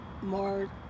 more